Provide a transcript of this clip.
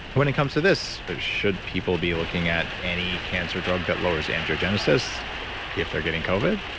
when it comes to this, should people be looking at any cancer drug that lowers angiogenesis if they're getting covid?